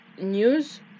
news